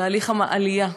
תהליך העלייה,